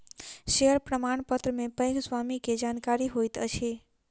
share प्रमाणपत्र मे वैध स्वामी के जानकारी होइत अछि